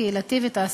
הקהילתי והתעסוקתי.